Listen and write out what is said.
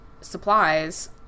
supplies